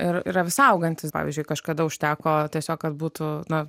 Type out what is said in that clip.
ir yra vis augantis pavyzdžiui kažkada užteko tiesiog kad būtų na